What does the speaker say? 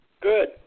Good